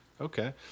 Okay